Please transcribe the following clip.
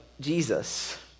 Jesus